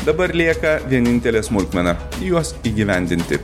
dabar lieka vienintelė smulkmena juos įgyvendinti